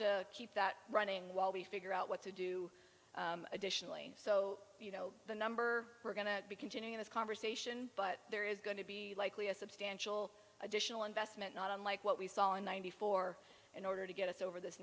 to keep that running while we figure out what to do additionally so you know the number we're going to be continuing this conversation but there is going to be likely a substantial additional investment not unlike what we saw in ninety four in order to get us over this